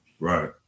Right